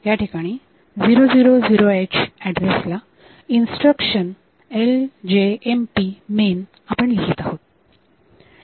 याठिकाणी 0000h ऍड्रेसला instruction LJMP main आपण लिहित आहोत